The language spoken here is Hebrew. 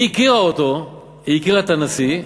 היא הכירה אותו, את הנשיא,